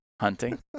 hunting